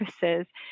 services